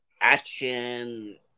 action